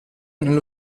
nello